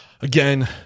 Again